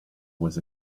was